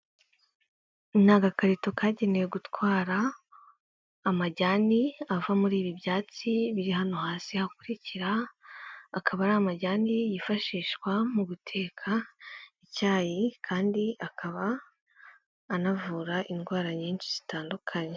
Ni agakarito kagenewe gutwara amajyani, ava muri ibi byatsi biri hano hasi hakurikira, akaba ari amajyini yifashishwa mu guteka icyayi, kandi akaba anavura indwara nyinshi zitandukanye.